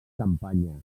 campanya